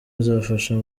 izafasha